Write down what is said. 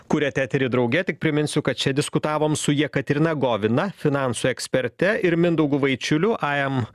kuriat eterį drauge tik priminsiu kad čia diskutavom su jekaterina govina finansų eksperte ir mindaugu vaičiuliu ai em